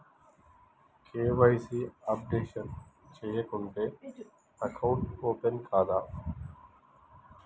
KYC updation చేయకుంటే account open కాదా?